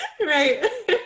Right